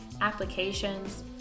applications